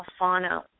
Alfano